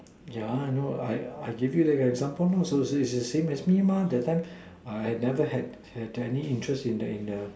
yeah I know I I give you like an example same as me mah that I time never had had any interest in the in the